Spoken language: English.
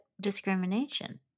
discrimination